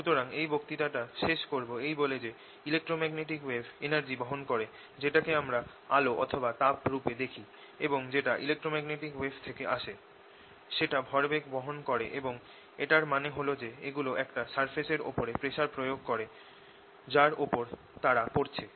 সুতরাং এই বক্তৃতাটা শেষ করব এই বলে যে ইলেক্ট্রোম্যাগনেটিক ওয়েভ এনার্জি বহন করে যেটাকে আমরা আলো অথবা তাপ রূপে দেখি এবং যেটা ইলেক্ট্রোম্যাগনেটিক ওয়েভ থেকে আসে সেটা ভরবেগ বহন করে এবং এটার মানে হল যে ওগুলো একটা সারফেস এর ওপর প্রেসার প্রয়োগ করে যার ওপর তারা পড়ছে